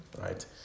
right